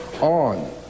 on